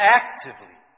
actively